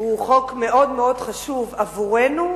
הוא חוק מאוד מאוד חשוב עבורנו,